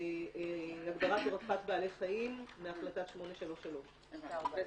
להגברת רווחת בעלי חיים מהחלטה 833. הבנתי.